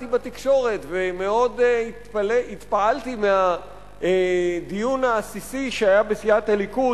קראתי בתקשורת ומאוד התפעלתי מהדיון העסיסי שהיה בסיעת הליכוד.